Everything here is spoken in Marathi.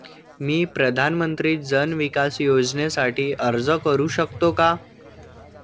मी प्रधानमंत्री जन विकास योजनेसाठी अर्ज करू शकतो का?